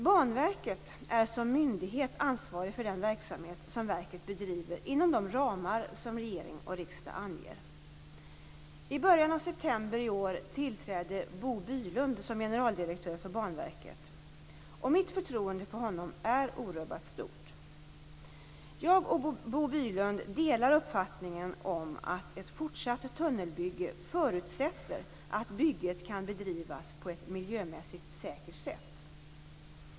Banverket är som myndighet ansvarigt för den verksamhet som verket bedriver inom de ramar som regering och riksdag anger. I början av september i år tillträdde Bo Bylund som generaldirektör för Banverket, och mitt förtroende för honom är orubbat stort. Jag och Bo Bylund delar uppfattningen att ett fortsatt tunnelbygge förutsätter att bygget kan bedrivas på ett miljömässigt säkert sätt.